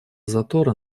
затора